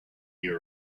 you